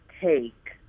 take